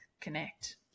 connect